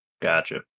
Gotcha